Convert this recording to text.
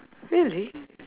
really